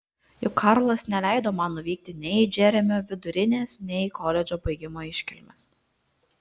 juk karlas neleido man nuvykti nei į džeremio vidurinės nei į koledžo baigimo iškilmes